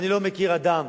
אני לא מכיר אדם,